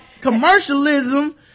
commercialism